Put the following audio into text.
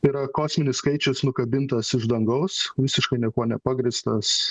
yra kosminis skaičius nukabintas iš dangaus visiškai niekuo nepagrįstas